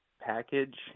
package